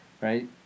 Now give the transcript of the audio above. right